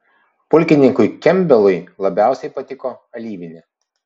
pulkininkui kempbelui labiausiai patiko alyvinė